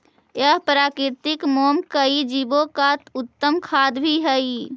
यह प्राकृतिक मोम कई जीवो का उत्तम खाद्य भी हई